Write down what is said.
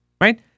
right